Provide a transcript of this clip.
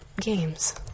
games